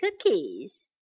cookies